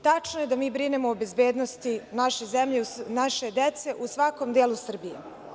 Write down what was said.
Tačno je da mi brinemo o bezbednosti naše dece u svakom delu Srbije.